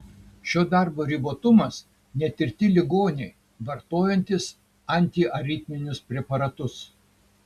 šio darbo ribotumas netirti ligoniai vartojantys antiaritminius preparatus